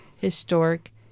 historic